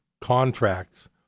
contracts